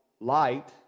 light